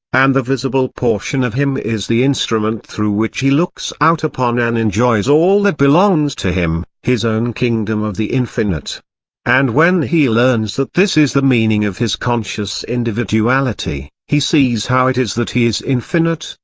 and the visible portion of him is the instrument through which he looks out upon and enjoys all that belongs to him, his own kingdom of the infinite and when he learns that this is the meaning of his conscious individuality, he sees how it is that he is infinite,